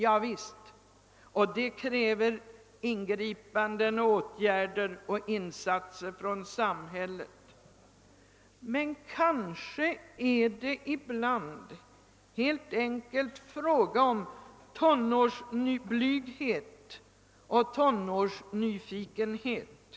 Javisst, och det kräver ingripanden, åtgärder och insatser från samhället. Men kanske är det ibland helt enkelt fråga om tonårsblyghet och tonårsnyfikenhet.